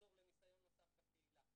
ותחזור לניסיון נוסף בקהילה.